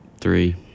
three